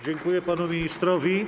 Dziękuję panu ministrowi.